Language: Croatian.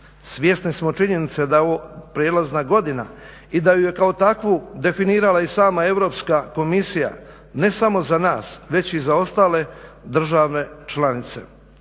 Svjesni smo činjenice da je ovo prijelazna godina i da ju je kao takvu definirala i sama Europska komisija ne samo za nas već i za ostale države članice.